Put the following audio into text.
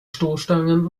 stoßstangen